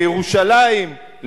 לירושלים,